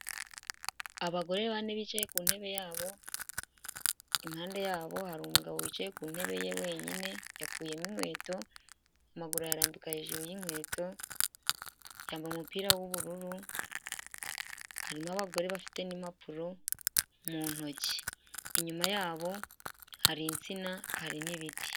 Abagore bane bicaye ku ntebe yabo, impande yabo hari umugabo wicaye ku ntebe ye wenyine, yakuyemo inkweto, amaguru ayarambika hejuru y'inkweto, yambaye umupira w'ubururu harimo abagore bafite n'impapuro mu ntoki. Inyuma yabo hari insina, hari n'ibiti.